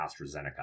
AstraZeneca